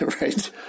Right